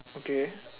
okay